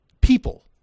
people